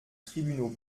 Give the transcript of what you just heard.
tribunaux